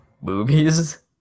movies